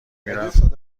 میرفت